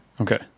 okay